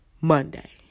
Monday